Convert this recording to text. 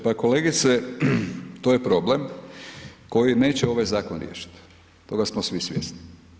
Pa kolegice, to je problem koji neće ovaj zakon riješiti, toga smo svi svjesni.